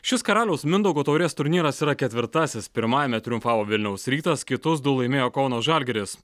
šis karaliaus mindaugo taurės turnyras yra ketvirtasis pirmajame triumfavo vilniaus rytas kitus du laimėjo kauno žalgiris